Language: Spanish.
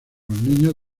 niños